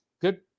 Good